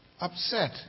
upset